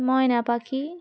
ময়না পাখি